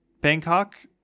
Bangkok